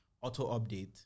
auto-update